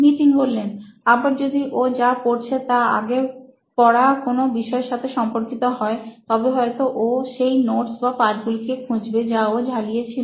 নিতিন আবার যদি ও যা পড়ছে তা আগে পড়া কোনো বিষয়ের সাথে সম্পর্কিত হয় তবে হয়তো ও সেই নোটস বা পাঠগুলোকে খুঁজবে যা ও ঝালিয়ে ছিল